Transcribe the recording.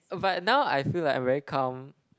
but now I feel like I'm very calm